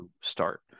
start